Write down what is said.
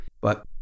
But-